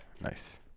Nice